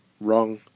wrong